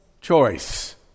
choice